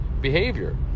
behavior